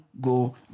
go